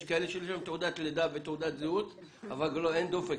יש כאלה שיש להם תעודת לידה ותעודת זהות אבל אין דופק.